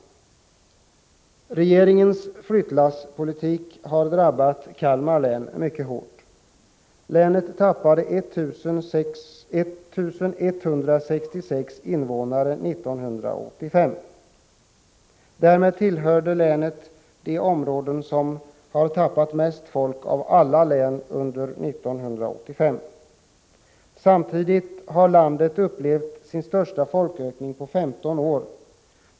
Regeringens flyttlasspolitik har drabbat Kalmar län mycket hårt. Länet tappade 1 166 invånare 1985. Därmed tillhör länet de områden som har tappat mest folk av alla län under 1985. Samtidigt har landet upplevt sin största folkökning på 15 år.